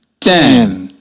Ten